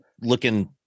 looking